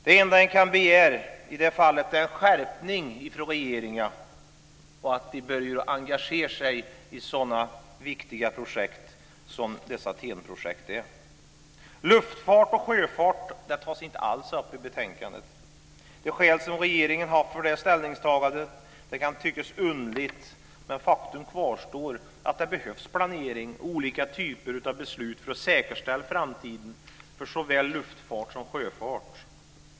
Det enda man kan begära i det fallet är en skärpning från regeringen och att denna börjar engagera sig i sådana viktiga projekt som dessa TEN-projket är exempel på. Luftfart och sjöfart tas inte alls upp i betänkandet. De skäl som regeringen haft för detta ställningstagande kan tyckas underligt, men faktum kvarstår. Det behövs planering och olika typer av beslut för att säkerställa framtiden för såväl luftfart som sjöfart.